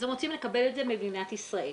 אז הם רוצים לקבל את זה במדינת ישראל.